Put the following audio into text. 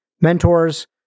mentors